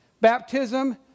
baptism